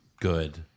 good